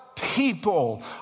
People